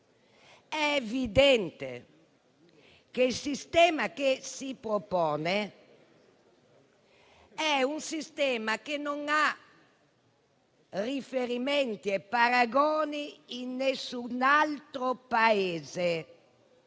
è evidente che il sistema che si propone non ha riferimenti e paragoni in nessun altro Paese.